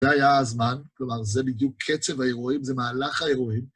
זה היה הזמן, כלומר זה בדיוק קצב האירועים, זה מהלך האירועים.